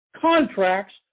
contracts